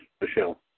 Michelle